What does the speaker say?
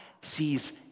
sees